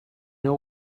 know